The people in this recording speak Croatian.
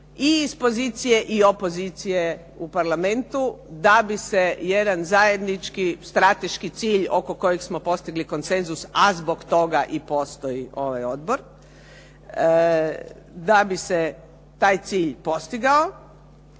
i iz pozicije i opozicije u parlamentu da bi se jedan zajednički strateški cilj oko kojeg smo postigli konsenzus a zbog toga i postoji ovaj odbor, da bi se taj cilj postigao.